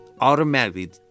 automatically